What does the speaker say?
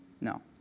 No